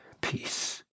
peace